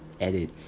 edit